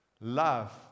love